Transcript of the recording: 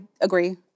agree